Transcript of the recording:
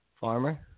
Farmer